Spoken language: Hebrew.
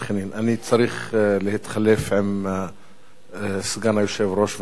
אני צריך להתחלף עם סגן היושב-ראש וקנין,